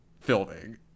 filming